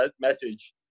message